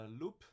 loop